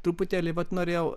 truputėlį vat norėjau